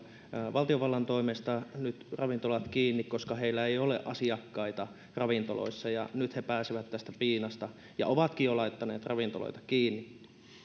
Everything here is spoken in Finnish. valtiovallan toimesta nyt ravintolat kiinni koska heillä ei ole asiakkaita ravintoloissa nyt he pääsevät tästä piinasta ja ovatkin jo laittaneet ravintoloita kiinni